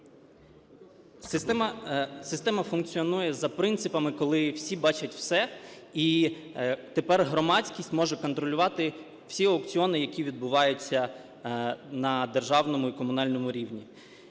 Система функціонує за принципами, коли всі бачать все, і тепер громадськість може контролювати всі аукціони, які відбуваються на державному і комунальному рівні.